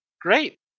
great